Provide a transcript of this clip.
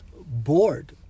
bored